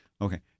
Okay